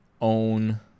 own